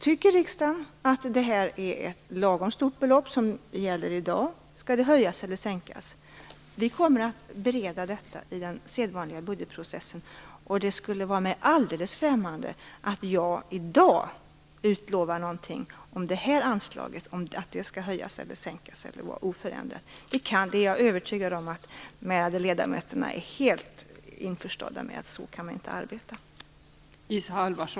Tycker riksdagen att det belopp som gäller i dag är lagom stort, eller skall det höjas eller sänkas? Vi kommer att bereda detta i den sedvanliga budgetprocessen. Det skulle vara mig alldeles främmande att i dag utlova någonting om detta anslag, om det skall höjas eller sänkas eller vara oförändrat. Jag är övertygad om att de ärade ledamöterna är helt införstådda med att man inte kan arbeta så.